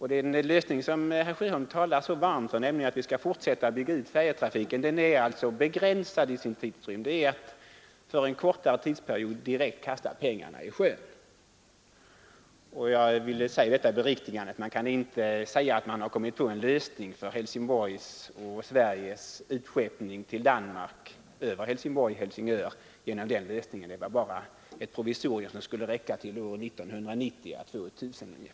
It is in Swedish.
Den lösning som herr Sjöholm talar så varmt för, nämligen att vi skall fortsätta bygga ut färjtrafiken, är begränsad till sin tidrymd, det är att för en kortare tidsperiod direkt kasta pengarna i sjön. Jag ville göra detta beriktigande att man inte kan säga att man har kommit på en lösning för Helsingborgs och för Sveriges utskeppning till Danmark — över Helsingborg—Helsingör — genom detta. Det var bara ett provisorium som skulle räcka till år 1990—2000.